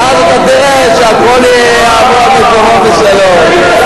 ואז אתה תראה שהכול יבוא על מקומו בשלום.